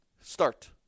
Start